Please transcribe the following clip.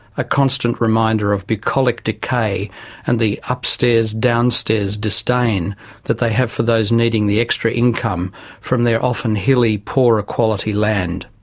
a constant reminder of bucolic decay and the upstairs-downstairs disdain that they have for those needing the extra income from their often hilly, poorer quality land.